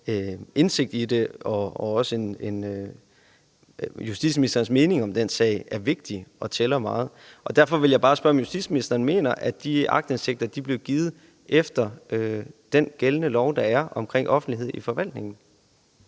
indsigt i det. Justitsministerens mening om den sag er vigtig og tæller meget. Derfor vil jeg bare spørge justitsministeren: Mener ministeren, at de aktindsigter blev givet efter den gældende lov om offentlighed i forvaltningen?